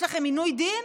יש לכם עינוי דין,